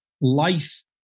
life